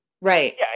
Right